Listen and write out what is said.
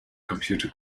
computer